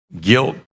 guilt